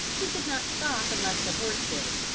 he could not stop unless the horse did.